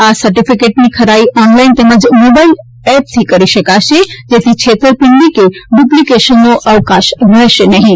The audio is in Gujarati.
આ સર્ટીફીકેટની ખરાઇ ઓનલાઇન તેમજ મોબાઇલ એપ કરી શકાશે જેથી છેતરપીંડી કે ડુપ્લીકેશનો અવકાશ રહેશે નહીં